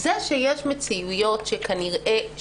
זה שיש מציאות שכנראה,